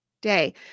day